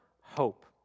hope